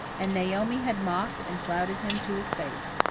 and naomi had mocked and flouted him to his face.